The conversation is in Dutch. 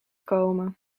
komen